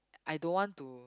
I don't want to